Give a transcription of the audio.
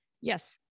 Yes